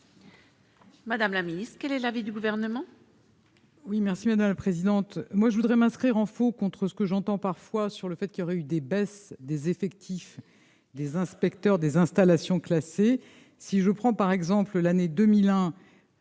Madame la Ministre, quel est l'avis du gouvernement.